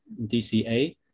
DCA